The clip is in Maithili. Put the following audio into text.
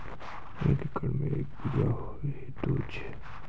एक एकरऽ मे के बीघा हेतु छै?